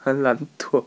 很懒惰